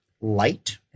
light